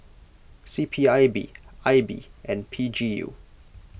C P I B I B and P G U